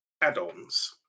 add-ons